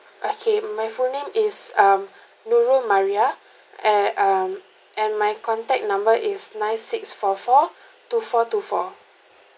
okay my full name is um nurul maria eh um and my contact number is nine six four four two four two four